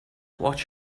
watch